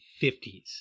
1950s